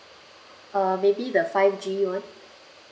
uh maybe the five G one